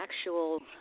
actual